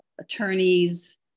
attorneys